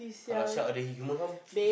shark eat the human